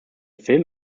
film